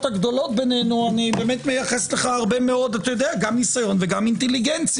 הגדולות בינינו אני מייחס לך הרבה מאוד גם ניסיון וגם אינטליגנציה.